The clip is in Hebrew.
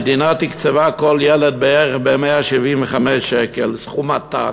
המדינה תקצבה כל ילד בערך ב-175 שקלים, סכום עתק,